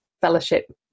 fellowship